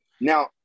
Now